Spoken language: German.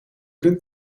den